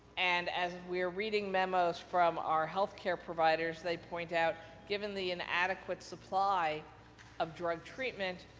and, as we're reading memos from our healthcare providers, they point out given the inadequate supply of drug treatment,